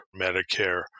Medicare